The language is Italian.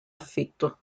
affitto